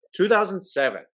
2007